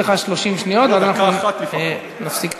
נתנו לך שלוש דקות שלמות לשכתב את